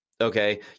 okay